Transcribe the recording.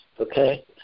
okay